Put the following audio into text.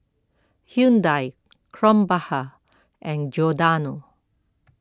Hyundai Krombacher and Giordano